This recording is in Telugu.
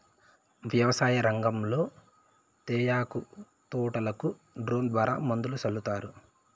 వ్యవసాయ రంగంలో తేయాకు తోటలకు డ్రోన్ ద్వారా మందులు సల్లుతారు